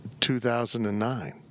2009